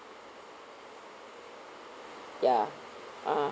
ya a'ah